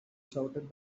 shouted